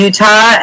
Utah